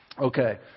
Okay